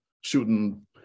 Shooting